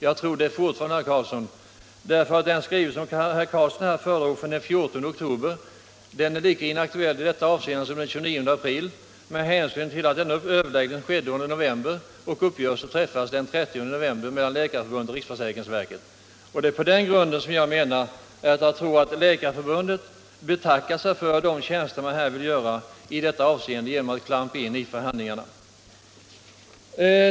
Jag tror fortfarande inte det, herr Carlsson, därför att den skrivelse som herr Carlsson föredrog från den 14 oktober är lika inaktuell i detta avseende som remissyttrandet från den 29 april med hänsyn till att överläggningar skedde under november och uppgörelse träffades den 13 november mellan Läkarförbundet och riksförsäkringsverket. Det är på denna grund jag tror att Läkarförbundet betackar sig för de tjänster man här vill göra genom att klampa in i förhandlingarna.